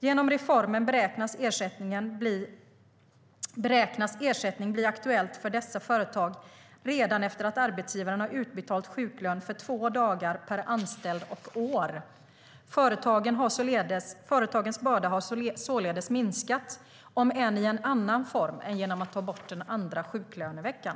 Genom reformen beräknas ersättning bli aktuell för dessa företag redan efter att arbetsgivaren har utbetalat sjuklön för två dagar per anställd och år. Företagens börda har således minskat, om än i en annan form än genom att ta bort den andra sjuklöneveckan.